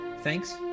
Thanks